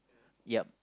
yep